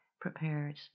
prepared